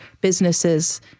businesses